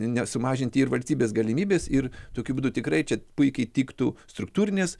nesumažinti ir valstybės galimybės ir tokiu būdu tikrai čia puikiai tiktų struktūrinės